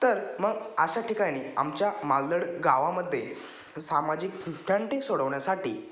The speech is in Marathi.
तर मग अशा ठिकाणी आमच्या मालदड गावामध्ये सामाजिक तंटे सोडवण्यासाठी